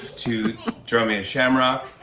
to draw me a shamrock,